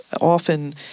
often